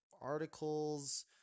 articles